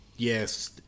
Yes